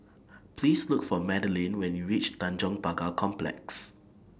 Please Look For Madaline when YOU REACH Tanjong Pagar Complex